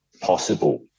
possible